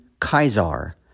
Kaisar